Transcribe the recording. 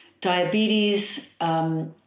Diabetes